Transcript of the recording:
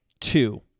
two